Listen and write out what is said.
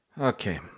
Okay